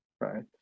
Right